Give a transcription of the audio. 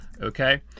Okay